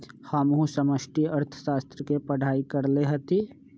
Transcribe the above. हमहु समष्टि अर्थशास्त्र के पढ़ाई कएले हति